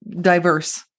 diverse